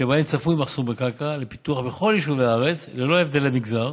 שבהם צפוי מחסור בקרקע לפיתוח בכל יישובי הארץ ללא הבדל מגזר,